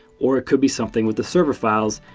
or it could be something with the server files.